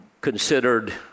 considered